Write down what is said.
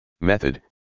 Method